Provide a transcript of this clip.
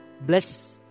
bless